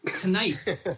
tonight